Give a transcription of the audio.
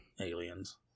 aliens